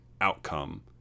outcome